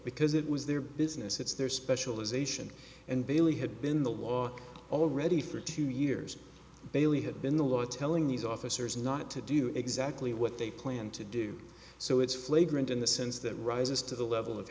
because it was their business it's their specialization and bailey had been the law already for two years bailey had been the law telling these officers not to do exactly what they planned to do so it's flagrant in the sense that rises to the level of